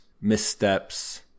missteps